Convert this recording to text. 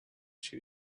she